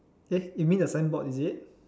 eh you mean the signboard is it